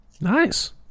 Nice